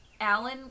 Alan